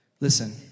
Listen